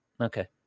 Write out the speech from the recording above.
Okay